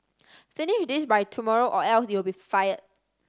finish this by tomorrow or else you'll be fired